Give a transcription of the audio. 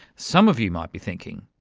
some of you might be thinking,